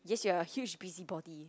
yes you are a huge busybody